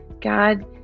God